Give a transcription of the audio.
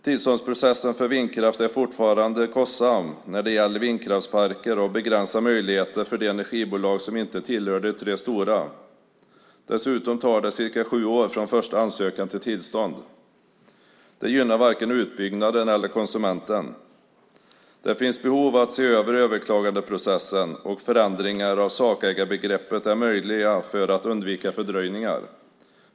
Tillståndsprocessen för vindkraft är fortfarande kostsam när det gäller vindkraftsparker och begränsar möjligheten för de energibolag som inte tillhör de tre stora. Dessutom tar det cirka sju år från första ansökan till tillstånd. Det gynnar varken utbyggnaden eller konsumenterna. Det finns behov av att se över överklagandeprocessen, och förändringar av sakägarbegreppet borde vara möjliga för att undvika fördröjningar.